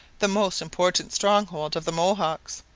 the most important stronghold of the mohawks.